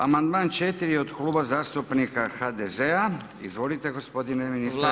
Amandman 4. od Kluba zastupnika HDZ-a, izvolite gospodine ministre.